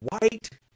white